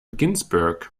ginsberg